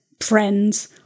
friends